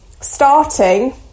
starting